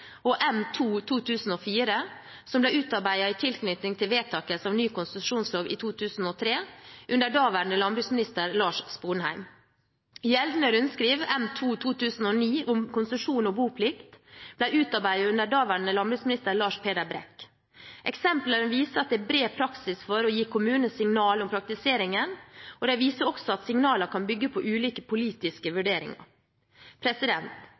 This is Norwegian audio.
som ble utarbeidet i tilknytning til vedtakelse av ny konsesjonslov i 2003 under daværende landbruksminister Lars Sponheim. Gjeldende rundskriv M-2/2009 om Konsesjon og boplikt ble utarbeidet under daværende landbruksminister Lars Peder Brekk. Eksemplene viser at det er bred praksis for å gi kommunene signaler om praktiseringen, og de viser også at signalene kan bygge på ulike politiske